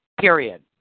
period